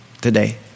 today